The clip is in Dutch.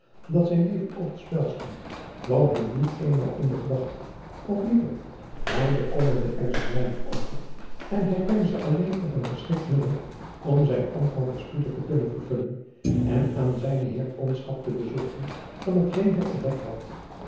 dat zijn leven op t spel stond kwam hem niet eenmaal in de gedachte of liever hij bekommerde er zich weinig over en hij peinsde alleen op een geschikt middel om zijn ambt van verspieder te kunnen vervullen en aan zijnen heer kondschap te bezorgen van hetgeen hij ontdekt had